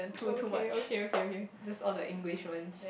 okay okay okay okay okay just all the English ones